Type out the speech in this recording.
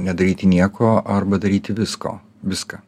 nedaryti nieko arba daryti visko viską